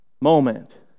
moment